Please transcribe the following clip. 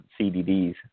CDDs